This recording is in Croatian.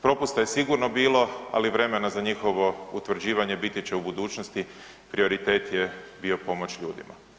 Propusta je sigurno bilo, ali vremena za njihovo utvrđivanje biti će u budućnosti, prioritet je bio pomoći ljudima.